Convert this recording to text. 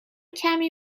کمی